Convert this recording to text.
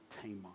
tamer